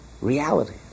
reality